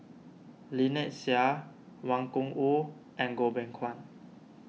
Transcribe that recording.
Lynnette Seah Wang Gungwu and Goh Beng Kwan